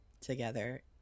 together